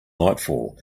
nightfall